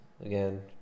again